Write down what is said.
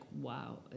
wow